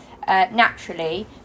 naturally